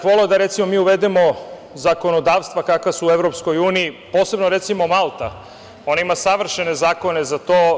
Voleo bih da mi, recimo, uvedemo zakonodavstva kakva su u EU, posebno, recimo Malta, ona ima savršene zakone za to.